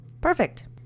Perfect